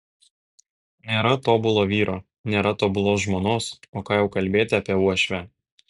nėra tobulo vyro nėra tobulos žmonos o ką jau kalbėti apie uošvę